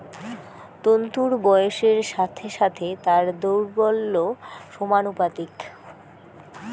তন্তুর বয়সের সাথে সাথে তার দৌর্বল্য সমানুপাতিক